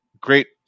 great